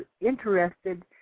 interested